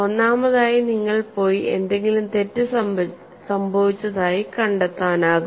ഒന്നാമതായി നിങ്ങൾക്ക് പോയി എന്തെങ്കിലും തെറ്റ് സംഭവിച്ചതായി കണ്ടെത്താനാകും